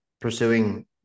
pursuing